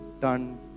done